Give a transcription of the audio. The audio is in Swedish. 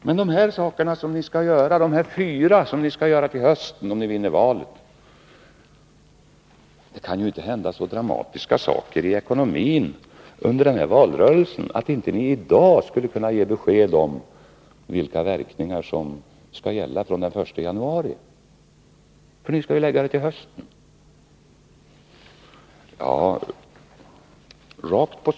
Men de här fyra sakerna då, som ni skall göra till hösten om ni vinner valet? Det kan ju inte hända så dramatiska saker i ekonomin under denna valrörelse att ni inte i dag skulle kunna ge besked om vilka verkningar som skall gälla från den 1 januari. Ni skall ju lägga fram detta till hösten. Fru talman!